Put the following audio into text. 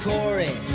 Corey